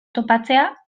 topatzea